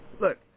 Look